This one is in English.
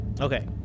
Okay